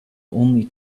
only